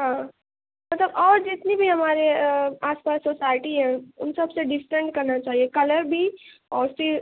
ہاں مطلب اور جتنی بھی ہمارے آس پاس سوسائٹی ہیں اُن سب سے دسٹنٹ کرنا چاہیے کلر بھی اور پھر